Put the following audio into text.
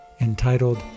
entitled